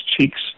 cheeks